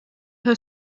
her